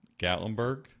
Gatlinburg